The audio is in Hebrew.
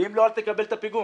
אם לא, אל תקבל את הפיגום.